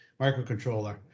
microcontroller